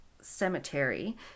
Cemetery